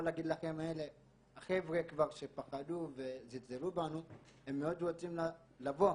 להגיד לכם שהחבר'ה שפחדו וזלזלו בנו הם מאוד רוצים לבוא